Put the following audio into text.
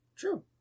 True